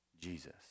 Jesus